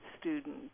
student